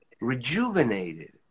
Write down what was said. rejuvenated